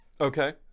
Okay